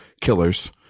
killers